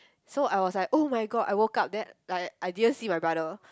so I was like oh-my-god I woke up then like I didn't see my brother